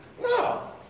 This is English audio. No